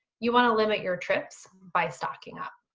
you wanna limit your trips by stocking up.